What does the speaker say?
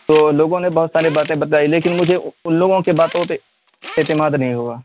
تو لوگوں نے بہت ساری باتیں بتائی لیکن مجھے ان لوگوں کی باتوں پہ اعتماد نہیں ہوا